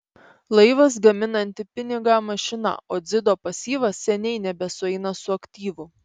laivas gaminanti pinigą mašina o dzido pasyvas seniai nebesueina su aktyvu